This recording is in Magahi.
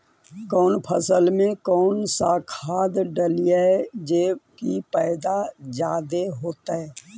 कौन फसल मे कौन सा खाध डलियय जे की पैदा जादे होतय?